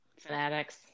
fanatics